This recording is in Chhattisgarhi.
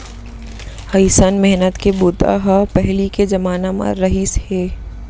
अइसन मेहनत के बूता ह पहिली के जमाना म रहिस हे